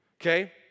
Okay